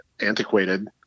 antiquated